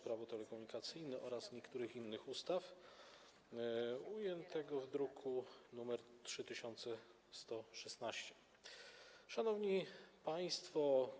Prawo telekomunikacyjne oraz niektórych innych ustaw, ujętego w druku nr 3116. Szanowni Państwo!